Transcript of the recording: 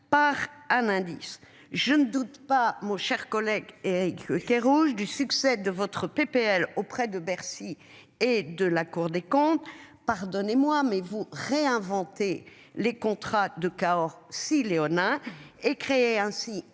par un indice. Je ne doute pas mon cher collègue Éric Kerrouche du succès de votre PPL auprès de Bercy et de la Cour des comptes. Pardonnez-moi mais vous réinventer les contrats de Cahors 6 léonins et créer ainsi